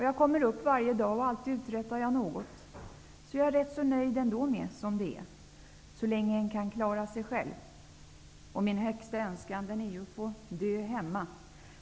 Jag kommer ju opp varje dag och alltid uträttar jag något...Så jag är nöjd med det som det är...Så länge en kan klara sig själv...Och min högsta önskan är att få dö hemma.